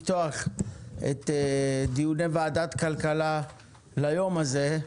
אני שמח לפתוח את דיוני ועדת הכלכלה ליום הזה,